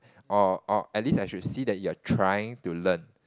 or or or at least I should see that you are trying to learn